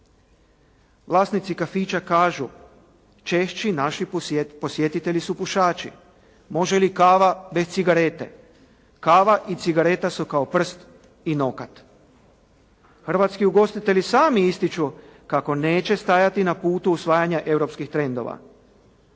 Vlasnici kafića kažu, češći naši posjetitelji su pušači. Može li kava bez cigarete? Kava i cigareta su kao prst i nokat. Hrvatski ugostitelji sami ističu kako neće stajati na putu usvajanja europskih trendova.